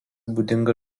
būdinga